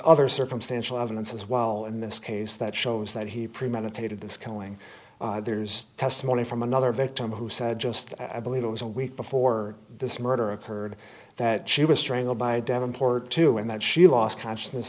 other circumstantial evidence as well in this case that shows that he premeditated this killing there's testimony from another victim who said just i believe it was a week before this murder occurred that she was strangled by devonport too and that she lost consciousness